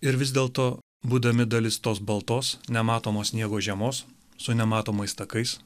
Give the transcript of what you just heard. ir vis dėlto būdami dalis tos baltos nematomos sniego žiemos su nematomais takais